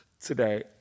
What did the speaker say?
today